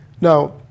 Now